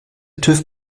tüv